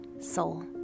soul